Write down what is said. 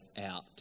out